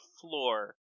floor